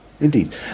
indeed